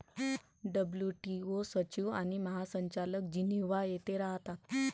WTO सचिव आणि महासंचालक जिनिव्हा येथे राहतात